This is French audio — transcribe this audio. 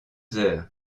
heures